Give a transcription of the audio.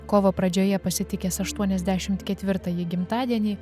kovo pradžioje pasitikęs aštuoniasdešimt ketvirtąjį gimtadienį